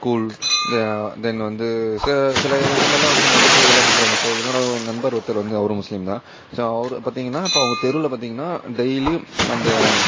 கூழ் இந்த தென் வந்து சி சில ஊர்லெலாம் வந்து நட்ஸ்ஸு இதெல்லாம் கொடுக்குறாங்க ஸோ என்னோடய நண்பர் ஒருத்தர் வந்து அவரும் முஸ்லீம் தான் ஸோ அவரை பார்த்தீங்கன்னா இப்போ அவங்க தெருவில் பார்த்தீங்கன்னா டெய்லியும் அந்த